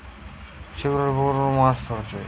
ছিপ লিয়ে পুকুরে, নদীতে লোক মাছ ধরছে